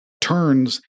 turns